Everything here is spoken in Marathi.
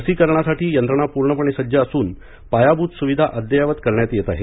लसीकरणाकरीता यंत्रणा पूर्णपणे सज्ज असून पायाभूत सुविधा अद्ययावत करण्यात येत आहे